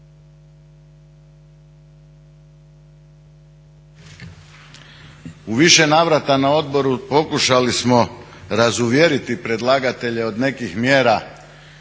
u više navrata na odboru pokušali smo razuvjeriti predlagatelje od nekih mjera